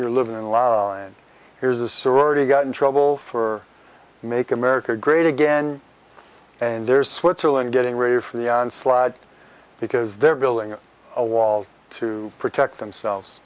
you're living a lie here's a sorority got in trouble for make america great again and there's switzerland getting ready for the slide because they're building a wall to protect themselves